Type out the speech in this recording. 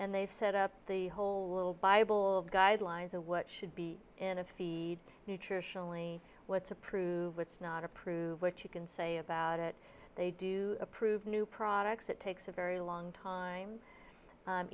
and they've set up the whole little bible of guidelines of what should be in a feed nutritionally what's approved what's not approved what you can say about it they do approve new products it takes a very long time